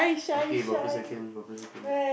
okay but per second but per second